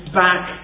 back